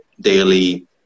daily